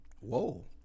Whoa